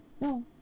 No